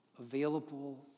available